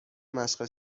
مشق